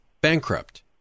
bankrupt